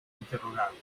interrogado